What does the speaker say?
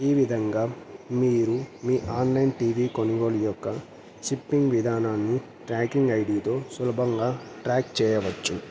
ఈ విధంగా మీరు మీ ఆన్లైన్ టీవీ కొనుగోలు యొక్క షిప్పింగ్ విధానాన్ని ట్రాకింగ్ ఐడితో సులభంగా ట్రాక్ చేయవచ్చు